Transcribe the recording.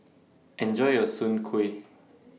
Enjoy your Soon Kuih